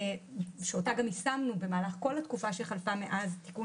שאותה גם יישמנו במהלך כל התקופה שחלפה מאז תיקון